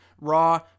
Raw